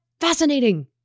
fascinating